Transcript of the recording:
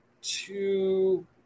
two